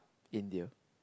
India